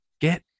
Get